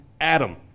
Adam